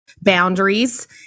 boundaries